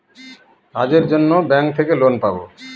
কাজের জন্য ব্যাঙ্ক থেকে লোন পাবো